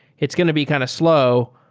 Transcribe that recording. it's going to be kind of slow,